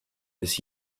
this